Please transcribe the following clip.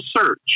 search